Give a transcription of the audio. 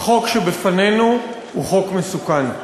החוק שבפנינו הוא חוק מסוכן.